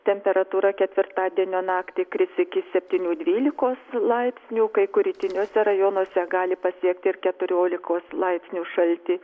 temperatūra ketvirtadienio naktį kris iki septynių dvylikos laipsnių kai kur rytiniuose rajonuose gali pasiekti ir keturiolikos laipsnių šaltį